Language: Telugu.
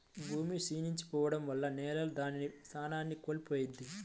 భూమి క్షీణించి పోడం వల్ల నేల దాని సారాన్ని కోల్పోయిద్ది